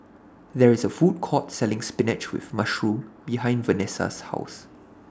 There IS A Food Court Selling Spinach with Mushroom behind Venessa's House